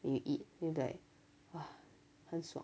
then you eat then you'll be like !wah! 很爽